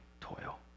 toil